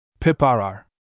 Piparar